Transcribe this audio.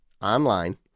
online